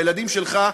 הילדים שלך,